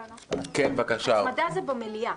הצמדה זה במליאה,